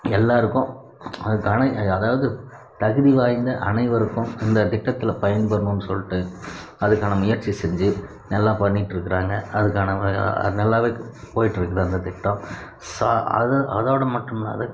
எல்லாேருக்கும் அதுக்கான அதாவது தகுதி வாய்ந்த அனைவருக்கும் இந்த திட்டத்தில் பயன் பெறணுமென்னு சொல்லிட்டு அதுக்கான முயற்சி செஞ்சு நல்லா பண்ணிகிட்டு இருக்காங்க அதுக்கான அது நல்லாவே போயிட்டு இருக்குது அந்த திட்டம் சா அதோடு அதோடு மட்டும் இல்லாது